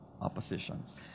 oppositions